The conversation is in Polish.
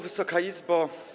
Wysoka Izbo!